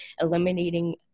eliminating